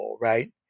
right